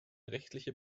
rechtliche